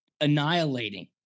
annihilating